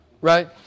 Right